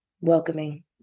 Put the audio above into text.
welcoming